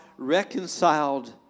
...reconciled